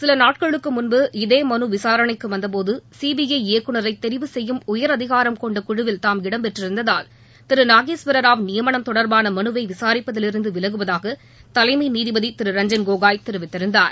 சில நாட்களுக்கு முன்பு இதே மனு விளரணைக்கு வந்த போது சிபிஐ இயக்குனரை தெரிவு செய்யும் உயர் அதிகாரம் கொண்ட குழுவில் தாம் இடம் பெற்றிருந்ததால் திரு நாகேஸ்வரராவ் நியமனம் தொடர்பான மனுவை விசாரிப்பதில் இருந்து விலகுவதாக தலைமை நீதிபதி திரு ரஞ்சன் கோகோய் தெரிவித்திருந்தார்